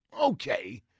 Okay